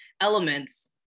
elements